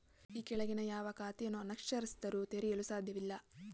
ಈ ಕೆಳಗಿನ ಯಾವ ಖಾತೆಗಳನ್ನು ಅನಕ್ಷರಸ್ಥರು ತೆರೆಯಲು ಸಾಧ್ಯವಿಲ್ಲ?